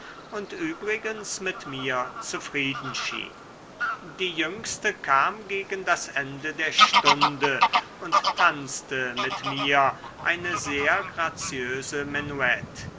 und übrigens mit mir zufrieden schien die jüngste kam gegen das ende der stunde und tanzte mit mir eine